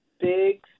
big